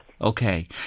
Okay